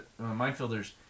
minefielders